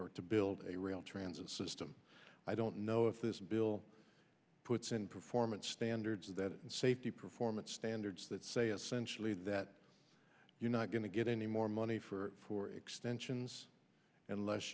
for to build a rail transit system i don't know if this bill puts in performance standards that safety performance hundreds that say essentially that you're not going to get any more money for four extensions unless